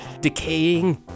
decaying